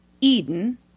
Eden